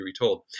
retold